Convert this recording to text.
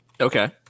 Okay